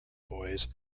boys